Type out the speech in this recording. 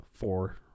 four